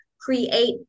create